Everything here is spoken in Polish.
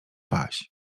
paź